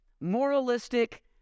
moralistic